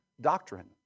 doctrine